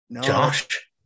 Josh